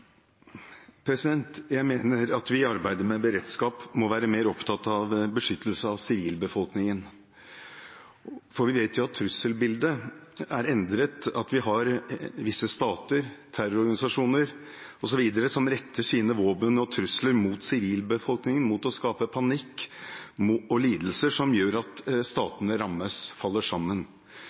samfunnssikkerhetsministeren. Jeg mener at vi i arbeidet med beredskap må være mer opptatt av beskyttelse av sivilbefolkningen, for vi vet at trusselbildet er endret, at vi har visse stater, terrororganisasjoner osv. som retter sine våpen og trusler mot sivilbefolkningen for å skape panikk og lidelser som gjør at statene rammes, faller sammen.